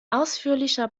ausführlicher